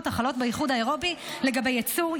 החלות באיחוד האירופי לגבי ייצור,